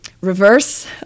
reverse